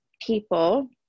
people